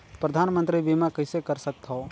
परधानमंतरी बीमा कइसे कर सकथव?